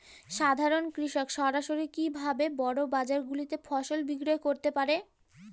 সাধারন কৃষক সরাসরি কি ভাবে বড় বাজার গুলিতে ফসল বিক্রয় করতে পারে?